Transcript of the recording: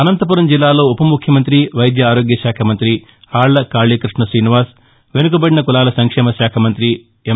అనంతపురం జిల్లాలో ఉపముఖ్యమంతి వైద్య ఆరోగ్య శాఖ మంతి ఆళ్ల కాళీకృష్ణ శ్రీనివాస్ వెనుకబడిన కులాల సంక్షేమ శాఖ మంత్రి ఎమ్